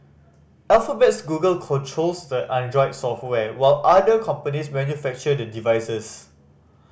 Alphabet's Google controls the Android software while other companies manufacture the devices